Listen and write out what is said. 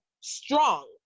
strong